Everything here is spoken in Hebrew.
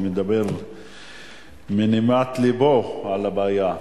שמדבר מנהמת לבו על הבעיה.